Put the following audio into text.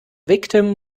victim